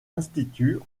instituts